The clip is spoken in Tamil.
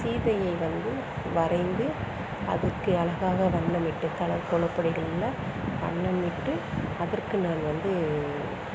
சீதையை வந்து வரைந்து அதுக்கு அழகாக வண்ணமிட்டு கலர் கோல பொடிகள்ல வண்ணமிட்டு அதற்கு நான் வந்து